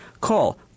Call